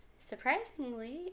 surprisingly